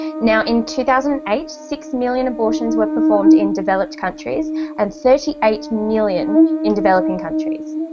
now in two thousand and eight six million abortions were performed in developed countries and thirty eight million in developing countries